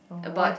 about